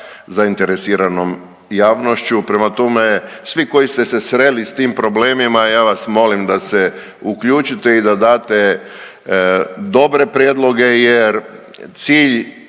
zainteresiranom javnošću. Prema tome, svi koji ste se sreli s tim problemima ja vas molim da se uključite i da date dobre prijedloge jer cilj